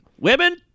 Women